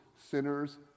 sinners